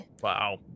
Wow